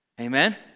Amen